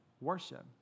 worship